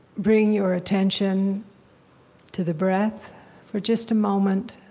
bring your attention to the breath for just a moment.